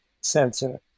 sensor